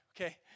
Okay